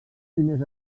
primers